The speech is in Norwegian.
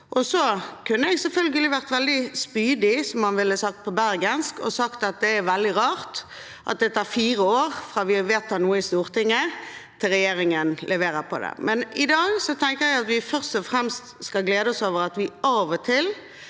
– som man ville sagt på bergensk – og sagt at det er veldig rart at det tar fire år fra vi vedtar noe i Stortinget, til regjeringen leverer på det. I dag tenker jeg at vi først og fremst skal glede oss over at vi av og til